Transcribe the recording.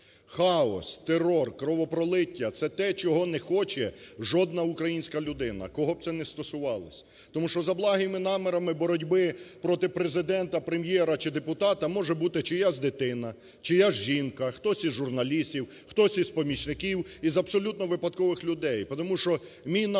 Хаос, терор, кровопролиття – це те, чого не хоче жодна українська людина, кого б це не стосувалося. Тому що за благими намірами боротьби проти Президента, Прем'єра чи депутата може бути чиясь дитина, чиясь жінка, хтось із журналістів, хтось із помічників, із абсолютно випадкових людей.